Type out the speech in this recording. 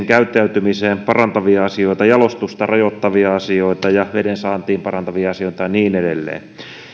käyttäytymiseen liittyviä asioita jalostusta rajoittavia asioita vedensaantia parantavia asioita ja niin edelleen